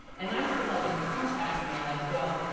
and i'm still up in contact and i'm like, well,